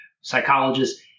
psychologists